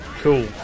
Cool